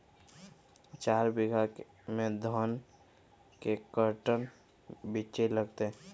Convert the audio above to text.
चार बीघा में धन के कर्टन बिच्ची लगतै?